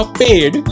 paid